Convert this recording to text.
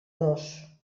dos